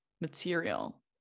material